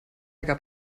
gab